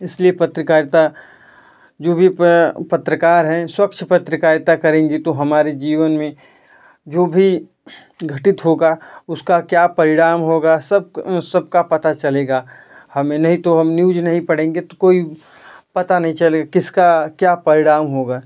इसलिए पत्रकारिता जो भी पत्रकार है स्वच्छ पत्रकारिता करेंगे तो हमारे जीवन में जो भी घटित होगा उसका क्या परिणाम होगा सब सब का पता चलेगा हमें नहीं तो हम न्यूज नहीं पड़ेंगे तो कोई पता नहीं चलेगा किसका क्या परिणाम होगा